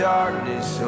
darkness